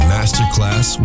Masterclass